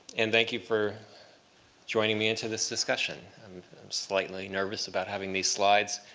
and thank you for joining me into this discussion. i'm slightly nervous about having these slides,